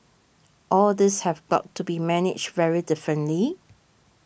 all these have got to be managed very differently